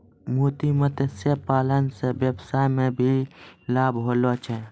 मोती मत्स्य पालन से वेवसाय मे भी लाभ होलो छै